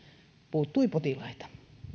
puuttui potilaita